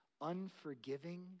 unforgiving